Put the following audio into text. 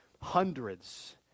hundreds